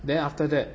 then after that